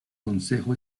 consejo